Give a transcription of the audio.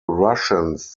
russians